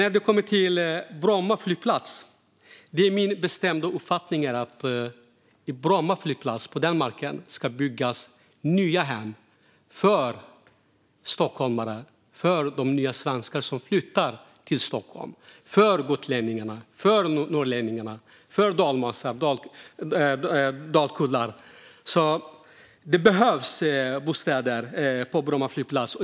När det gäller Bromma flygplats är det min bestämda uppfattning att det på denna mark ska byggas nya hem för stockholmare, för de nya svenskar som flyttar till Stockholm, för gotlänningar, för norrlänningar, för dalmasar och för dalkullor. Det behövs bostäder på Bromma flygplats.